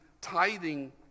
tithing